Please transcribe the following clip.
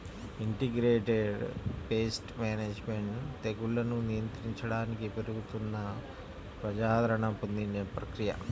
integrated pest management తెగుళ్లను నియంత్రించడానికి పెరుగుతున్న ప్రజాదరణ పొందిన ప్రక్రియ